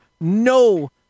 no